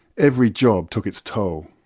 every job took its toll.